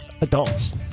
adults